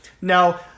Now